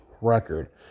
record